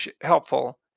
helpful